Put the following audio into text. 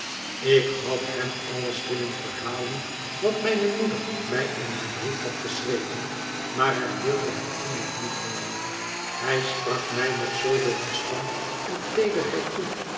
ik had hem alles willen verhalen wat mijne moeder mij in haar brief had geschreven maar hij wilde het toen nog niet hooren hij sprak mij met zooveel verstand en teederheid toe